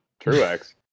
Truex